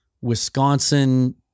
Wisconsin